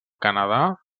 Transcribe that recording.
canadà